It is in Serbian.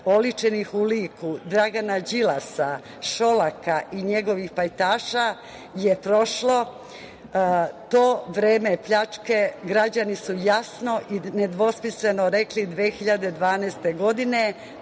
oličenih u liku Dragana Đilasa, Šolaka i njegovih pajtaša je prošlo, to vreme pljačke. Građani su jasno i nedvosmisleno rekli 2012. godine